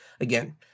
Again